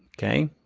okay,